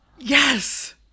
yes